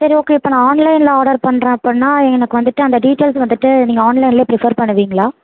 சரி ஓகே இப்போ நான் ஆன்லைனில் ஆர்டர் பண்ணுறன் அப்படின்னா எனக்கு வந்துட்டு அந்த டீட்டைல்ஸ் வந்துட்டு நீங்கள் ஆன்லைன்லையே ப்ரிஃபர் பண்ணுவீங்களா